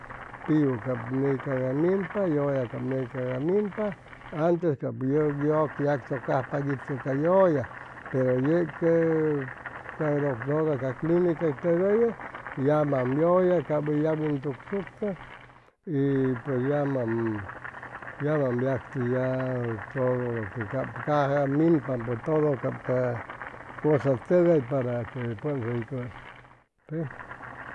Piu cap ney caga minpa yʉlla cap ney cag minpa antes cap yeg yʉlla yagchʉajpag itʉ ca yʉlla pero yeg ca doctora clinca tʉgʉyʉ yamam ʉlla cap hʉy yagwintugsucʉ y pues yamam yamam yacti ya todo lo que cap caja minpam todo cap ca cosa tʉgay para que pʉn'is hʉy cʉspa